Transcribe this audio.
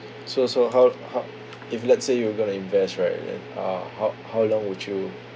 so so how how if let's say you were going to invest right then uh how how long would you